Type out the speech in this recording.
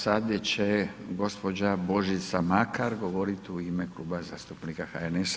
Sada će gospođa Božica Makar govoriti u ime Kluba zastupnika HNS-a.